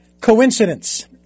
coincidence